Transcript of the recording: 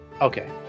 Okay